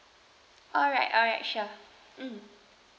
alright alright sure mm